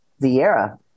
Vieira